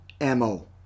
MO